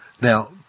Now